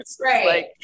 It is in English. Right